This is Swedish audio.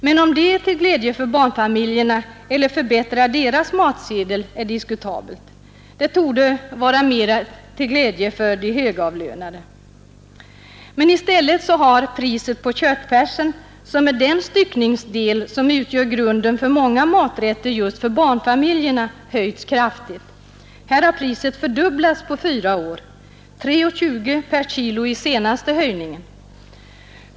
Men om detta är till glädje för barnfamiljerna eller förbättrar deras matsedel är diskutabelt. Det torde vara mera till glädje för de högavlönade. Men i stället har priset på köttfärsen — som är den styckningsdel som utgör grunden för många maträtter för just barnfamiljerna — höjts kraftigt. Här har priset fördubblats på fyra år och ökat med kr. 3:20 per kilo vid den senaste höjningen.